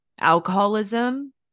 alcoholism